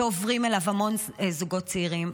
ועוברים אליו המון זוגות צעירים.